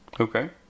Okay